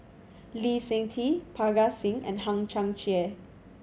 Lee Seng Tee Parga Singh and Hang Chang Chieh